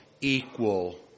equal